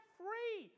free